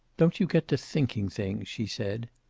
don't you get to thinking things, she said.